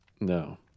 No